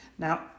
Now